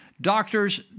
Doctors